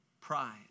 pride